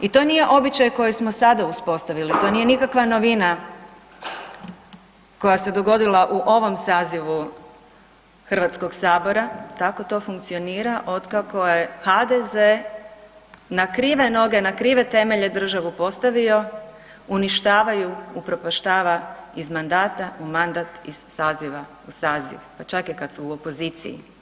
I to nije običaj koji smo sada uspostavili to nije nikakva novina koja se dogodila u ovom sazivu Hrvatskog sabora, tako to funkcionira od kako je HDZ na krive noge, na krive temelje državu postavio, uništava ju, upropaštava iz mandata u mandat i iz saziva u saziv pa čak je i kad su u opoziciji.